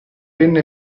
penna